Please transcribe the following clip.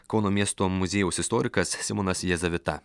kauno miesto muziejaus istorikas simonas jazavita